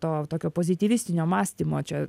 to tokio pozityvistinio mąstymo čia